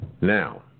Now